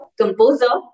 composer